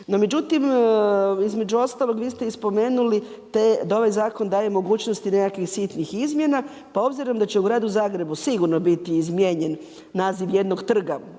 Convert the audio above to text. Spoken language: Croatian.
međutim između ostalog vi ste i spomenuli da ovaj zakon daje mogućnosti nekakvih sitnih izmjena pa obzirom da će u gradu Zagrebu sigurno biti izmijenjen naziv jednog trga